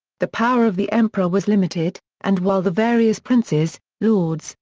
the power of the emperor was limited, and while the various princes, lords,